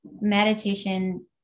meditation